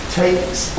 takes